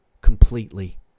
completely